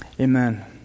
Amen